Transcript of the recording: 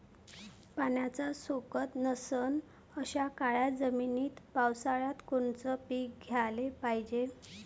पाण्याचा सोकत नसन अशा काळ्या जमिनीत पावसाळ्यात कोनचं पीक घ्याले पायजे?